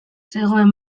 zegoen